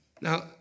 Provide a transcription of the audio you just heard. Now